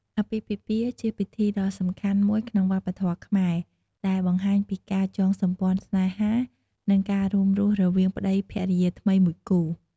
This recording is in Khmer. អាពាហ៍ពិពាហ៍ ជាពិធីដ៏សំខាន់មួយក្នុងវប្បធម៌ខ្មែរ ដែលបង្ហាញពីការចងសម្ព័ន្ធស្នេហា និងការរួមរស់រវាងប្ដីភរិយាថ្មីមួយគូ។